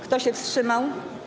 Kto się wstrzymał?